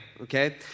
okay